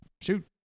Shoot